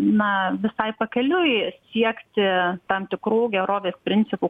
na visai pakeliui siekti tam tikrų gerovės principų